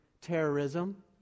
terrorism